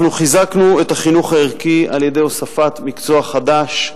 אנחנו חיזקנו את החינוך הערכי על-ידי הוספת מקצוע חדש,